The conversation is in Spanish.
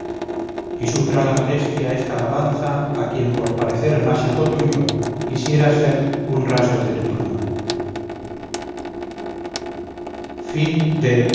y sufra la modestia esta alabanza a quien por parecer más hijo tuyo quisiera ser un rasgo de tu pluma